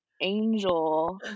angel